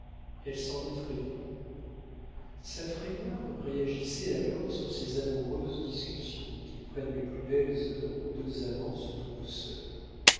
elle s'en effrayait sa frayeur réagissait alors sur ces amoureuses discussions qui prennent les plus belles heures où deux amants se trouvent seuls